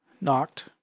knocked